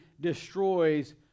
destroys